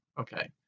okay